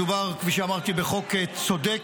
מדובר, כפי שאמרתי, בחוק צודק,